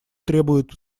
требуют